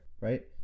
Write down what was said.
right